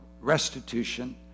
restitution